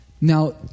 Now